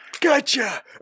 Gotcha